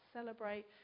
Celebrate